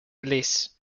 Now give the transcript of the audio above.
release